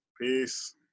Peace